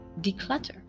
declutter